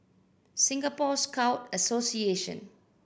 Singapore Scout Association